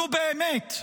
נו, באמת.